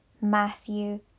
Matthew